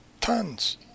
Tons